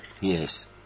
Yes